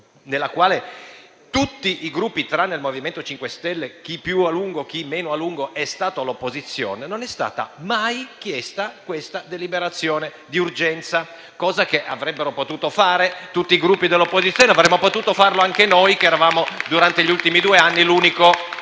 legislatura tutti i Gruppi, tranne che il MoVimento 5 Stelle, chi più a lungo, chi meno a lungo sono stati all'opposizione, e non è stata mai chiesta la deliberazione di urgenza; cosa che avrebbero potuto fare tutti i Gruppi di opposizione e avremmo potuto fare anche noi, durante gli ultimi due anni, come